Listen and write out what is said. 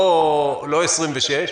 לא 26 שעות.